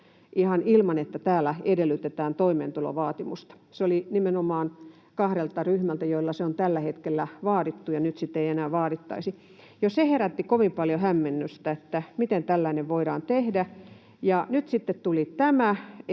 ilman, että täällä edellytetään toimeentulovaatimusta. Se oli nimenomaan kahdelta ryhmältä, joilta se on tällä hetkellä vaadittu, ja nyt sitä ei enää vaadittaisi. Jo se herätti kovin paljon hämmennystä, että miten tällainen voidaan tehdä, ja nyt sitten tuli tämä,